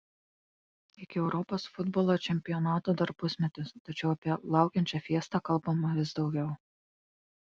iki europos futbolo čempionato dar pusmetis tačiau apie laukiančią fiestą kalbama vis daugiau